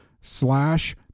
slash